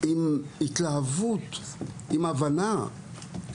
עם התלהבות ועם הבנה.